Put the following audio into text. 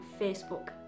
Facebook